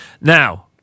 Now